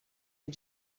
and